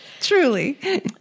truly